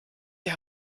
die